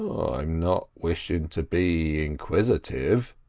i'm not wishing to be inquisitive,